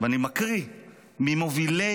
קיש שרת בקבע כמובן וסיים בדרגת סגן אלוף.